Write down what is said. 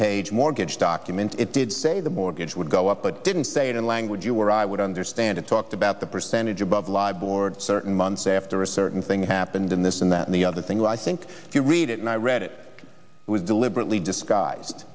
page mortgage documents it did say the mortgage would go up but didn't say it in language you or i would understand it talked about the percentage about live board certain months after a certain thing happened in this and then the other thing that i think if you read it and i read it was deliberately disguise